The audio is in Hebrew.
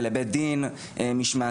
ולבית דין משמעתי.